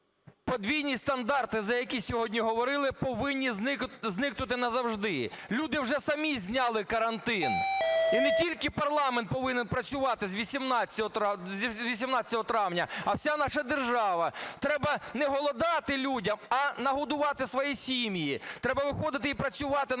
Подвійні стандарти, за які сьогодні говорили, повинні зникнути назавжди. Люди вже самі зняли карантин. І не тільки парламент повинен працювати з 18 травня, а вся наша держава. Треба не голодати людям, а нагодувати свої сім'ї. Треба виходити і працювати нормально,